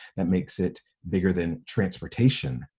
that makes it bigger than transportation.